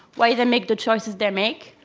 why they make the choices they make,